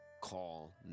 call